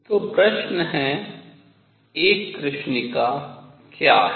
तो प्रश्न है एक कृष्णिका क्या है